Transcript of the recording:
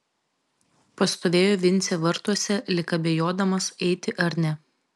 pastovėjo vincė vartuose lyg abejodamas eiti ar ne